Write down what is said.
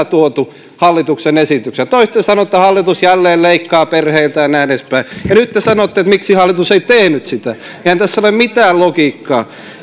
tuotu hallituksen esityksenä te olisitte sanoneet että hallitus jälleen leikkaa perheiltä ja näin edespäin ja nyt te kysytte miksi hallitus ei tehnyt sitä eihän tässä ole mitään logiikkaa